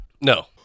No